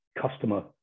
customer